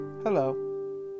Hello